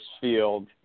Field